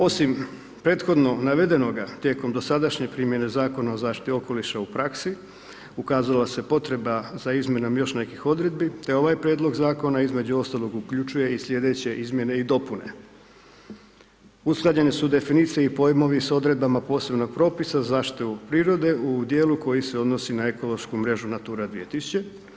Osim prethodno navedenoga, tijekom dosadašnje primjene Zakona o zaštiti okoliša u praksi ukazala se potreba za izmjenom još nekih odredbi te ovaj prijedlog zakona, između ostalog uključuje i sljedeće izmjene i dopune: Usklađene su definicije i pojmovi s odredbama posebnog propisa za zaštitu prirode, u dijelu koji se odnosi na ekološku mrežu Natura 2000.